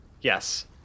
Yes